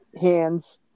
hands